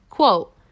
Quote